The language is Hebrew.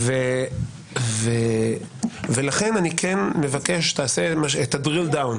אני מבקש שתעשה את ה-drill down,